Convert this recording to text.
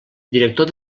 director